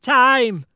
time